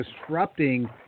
disrupting